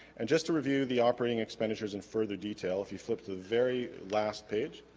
and just to review the operating expenditures in further detail if you flipped the very last page